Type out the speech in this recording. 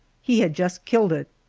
he had just killed it.